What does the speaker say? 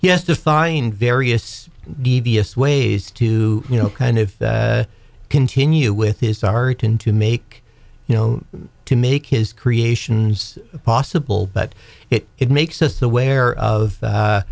he has to find various devious ways to you know kind of continue with his art into make you know to make his creations possible but it makes us aware of